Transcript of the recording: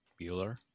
Bueller